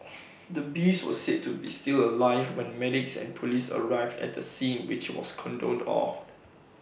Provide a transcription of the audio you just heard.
the beast was said to be still alive when medics and Police arrived at the scene which was cordoned off